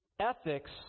ethics